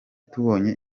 tubonye